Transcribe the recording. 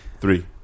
Three